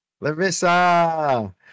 Larissa